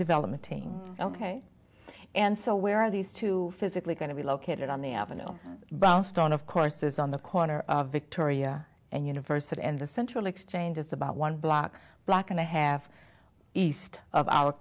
development team ok and so where are these two physically going to be located on the avenue brownstone of course is on the corner of victoria and university and the central exchange is about one block block and a half east of our